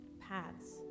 paths